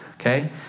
Okay